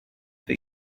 that